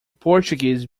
portuguese